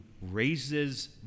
raises